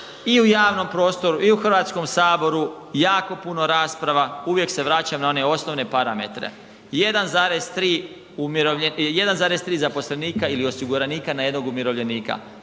i u javnom prostoru i u HS-u jako puno rasprava, uvijek se vraćam na one osnovne parametre. 1,3 zaposlenika ili osiguranika na jednog umirovljenika,